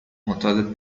معتاد